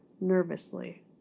nervously